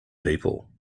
people